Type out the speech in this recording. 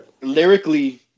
Lyrically